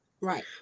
Right